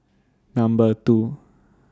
Number two